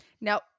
Now